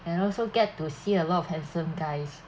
and also get to see a lot of handsome guys